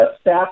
staff